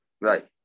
Right